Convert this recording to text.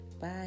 Bye